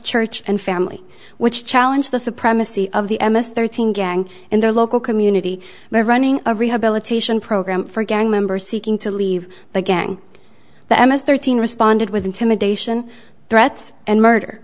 church and family which challenge the supremacy of the m s thirteen gang and their local community by running a rehabilitation program for gang members seeking to leave the gang that most thirteen responded with intimidation threats and murder